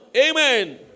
Amen